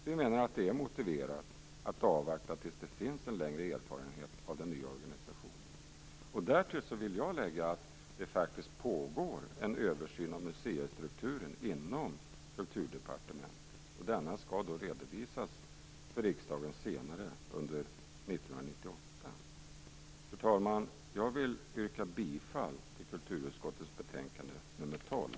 Vi menar att det är motiverat att avvakta tills det finns en längre erfarenhet av den nya organisationen. Därtill vill jag lägga att det inom Kulturdepartementet faktiskt pågår en översyn av museistrukturen. Denna skall redovisas för riksdagen under 1998. Fru talman! Jag vill yrka bifall till hemställan i kulturutskottets betänkande nr 12.